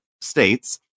states